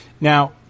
now